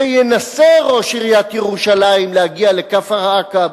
שינסה ראש עיריית ירושלים להגיע לכפר-עקב